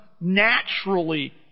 naturally